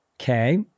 Okay